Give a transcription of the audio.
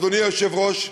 אדוני היושב-ראש,